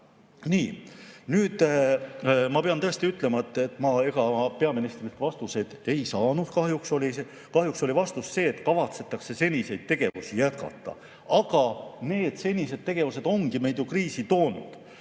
Nii. Nüüd ma pean tõesti ütlema, et kahjuks ma peaministrilt vastuseid ei saanud. Kahjuks oli vastus see, et kavatsetakse seniseid tegevusi jätkata. Aga need senised tegevused ongi meid ju kriisi toonud.